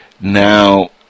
Now